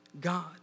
God